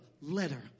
letter